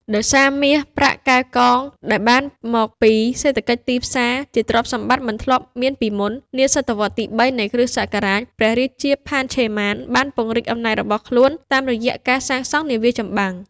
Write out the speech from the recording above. ដោយសារ មាស ប្រាក់ កែវកង ដែលបានមកពី សេដ្ឋកិច្ចទីផ្សារ ជាទ្រព្យសម្បត្តិមិនធ្លាប់មានពីមុន នាសតវត្សរ៍ទី៣ នៃគ្រិស្តសករាជ ព្រះរាជា ផាន ឆេ ម៉ាន បានពង្រីកអំណាចរបស់ខ្លួនតាមរយៈការសាងសង់នាវាចម្បាំង។